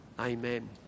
Amen